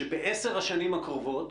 שבעשר השנים הקרובות,